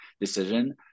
decision